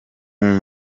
ari